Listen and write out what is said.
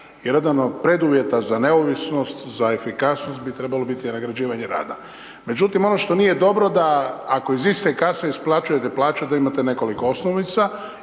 jedan od preduvjeta za neovisnost, za efikasnost bi trebalo biti nagrađivanje rada. Međutim, ono što nije dobro, da ako iz iste kase isplaćujete plaća da imate nekoliko osnovica